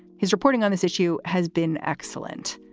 his reporting on this issue has been excellent.